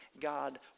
God